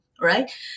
right